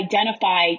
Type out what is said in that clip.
identify